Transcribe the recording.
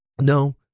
No